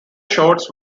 shorts